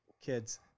kids